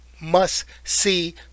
must-see